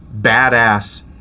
badass